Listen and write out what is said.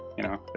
you know.